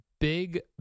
big